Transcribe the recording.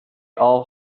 all